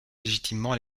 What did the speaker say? légitimement